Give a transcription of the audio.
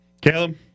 Caleb